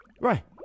Right